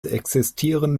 existieren